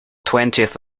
twentieth